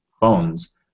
phones